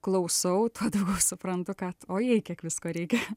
klausau tuo daugiau suprantu kad ojėj kiek visko reikia